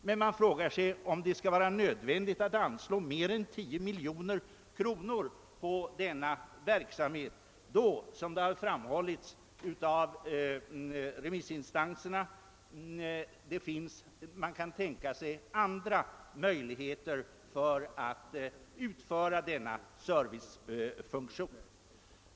Men man frågar sig om det skall vara nödvändigt att anslå mer än 10 miljoner kronor till denna verksamhet, då det kan tänkas — såsom framhållits av remissinstanserna — andra former för utövandet av denna service.